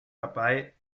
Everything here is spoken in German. dabei